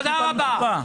תודה רבה.